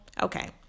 okay